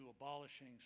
abolishing